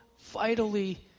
vitally